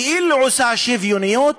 כאילו עושה שוויוניות,